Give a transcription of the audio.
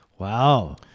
Wow